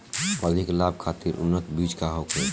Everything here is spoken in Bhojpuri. अधिक लाभ खातिर उन्नत बीज का होखे?